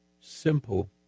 simple